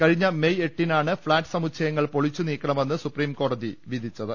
കഴിഞ്ഞ മെയ് എട്ടിനാണ് ഫ്ളാറ്റ് സമുച്ചയങ്ങൾ പൊളിച്ചു നീക്കണമെന്ന് സുപ്രീം കോടതി വിധിച്ചത്